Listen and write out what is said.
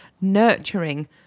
nurturing